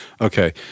Okay